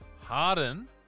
Harden